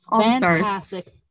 Fantastic